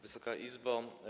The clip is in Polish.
Wysoka Izbo!